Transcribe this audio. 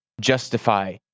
justify